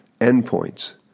Endpoints